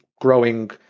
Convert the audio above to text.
growing